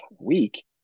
Week